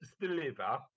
deliver